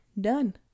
Done